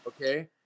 Okay